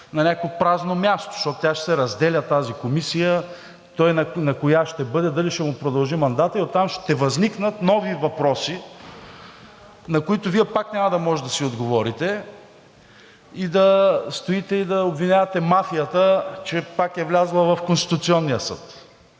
на някакво празно място, защото тази комисия ще се разделя. Той на коя ще бъде, дали ще му продължи мандатът? Оттам ще възникнат нови въпроси, на които Вие пак няма да може да си отговорите и да стоите и да обвинявате мафията, че пак е влязла в Конституционния съд